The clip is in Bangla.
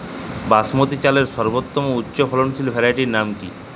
বাসমতী চালের সর্বোত্তম উচ্চ ফলনশীল ভ্যারাইটির নাম কি?